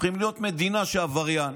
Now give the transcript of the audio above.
הופכים להיות מדינה שעבריין,